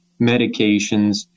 medications